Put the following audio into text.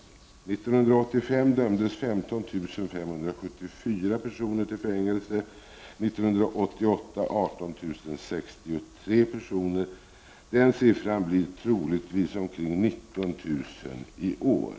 År 1985 dömdes 15 574 personer till fängelse, år 1988 var det 18 063. Siffran blir troligen omkring 19 000 i år.